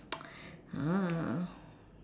ah